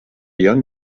young